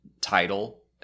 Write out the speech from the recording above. title